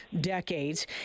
decades